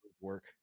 work